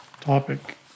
topic